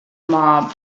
mob